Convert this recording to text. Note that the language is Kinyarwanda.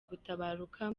gutabaruka